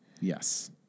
Yes